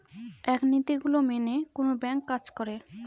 এক নীতি গুলো মেনে কোনো ব্যাঙ্ক কাজ করে